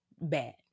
bad